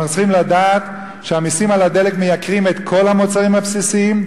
אנחנו צריכים לדעת שהמסים על הדלק מייקרים את כל המוצרים הבסיסיים,